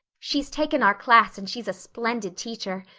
she's taken our class and she's a splendid teacher.